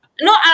No